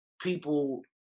people